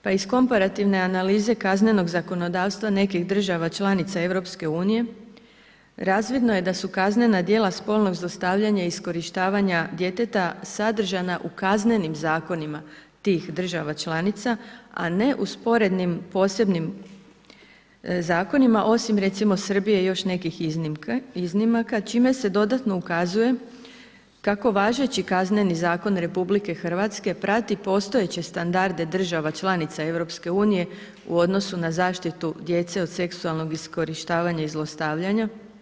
Pa iz komparativne analize kaznenog zakonodavstva nekih država članica EU razvidno je da su kaznena djela spolnog zlostavljanja i iskorištavanja djeteta sadržana u kaznenim zakonima tih država članica, a ne u sporednim posebnim zakonima osim recimo Srbije i još nekih iznimaka, čime se dodatno ukazuje kako važeći Kazneni zakon RH prati postojeće standarde država članica EU u odnosu na zaštitu djece od seksualnog iskorištavanja i zlostavljanja.